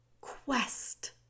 Quest